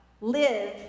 live